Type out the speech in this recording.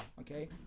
Okay